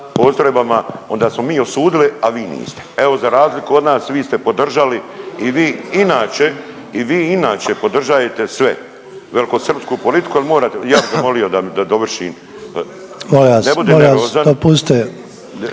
onda smo mi osudili, a vi niste. Evo za razliku od nas vi ste podržali i vi inače i vi inače podržajete sve, velikosrpsku politiku jel morate, ja bi molio da dovršim, ne budi nervozan…